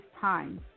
time